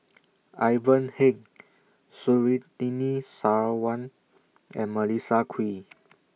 Ivan Heng Surtini Sarwan and Melissa Kwee